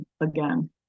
again